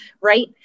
Right